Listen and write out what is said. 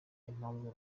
impamvu